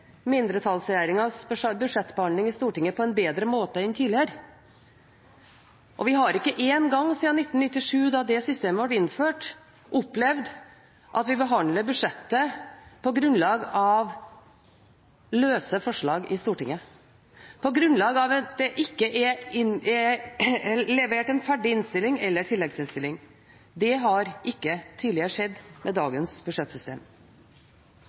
håndtere mindretallsregjeringers budsjettbehandling i Stortinget på en bedre måte enn tidligere. Og vi har ikke én gang siden 1997, da det systemet ble innført, opplevd at vi behandler budsjettet på grunnlag av løse forslag i Stortinget, på grunnlag av at det ikke er levert en ferdig innstilling eller tilleggsinnstilling. Det har ikke skjedd tidligere med dagens budsjettsystem.